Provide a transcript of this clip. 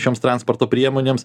šioms transporto priemonėms